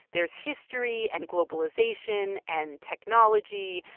there's history and globalization and technology,